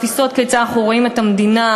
תפיסות כיצד אנחנו רואים את המדינה,